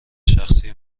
شخصی